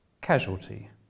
Casualty